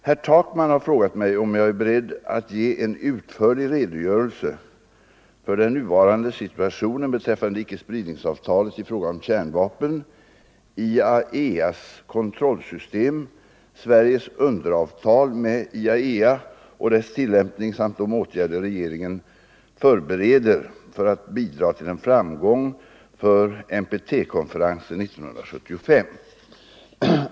Herr Takman har frågat mig om jag är beredd att ge en utförlig redogörelse för den nuvarande situationen beträffande icke-spridningsavtalet i fråga om kärnvapen, IAEA:s kontrollsystem, Sveriges underavtal med IAEA och dess tillämpning samt de åtgärder regeringen förbereder för att bidra till en framgång för NPT-konferensen 1975.